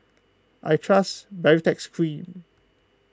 I trust Baritex Cream